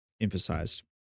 emphasized